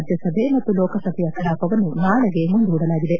ರಾಜ್ಞಸಭೆ ಮತ್ತು ಲೋಕಸಭೆಯ ಕಲಾಪವನ್ನು ನಾಳೆಗೆ ಮುಂದೂಡಲಾಗಿದೆ